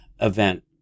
event